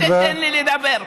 ואתה תיתן לי לדבר.